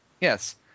yes